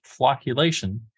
flocculation